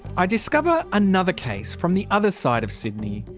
i discover another case from the other side of sydney,